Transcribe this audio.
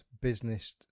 business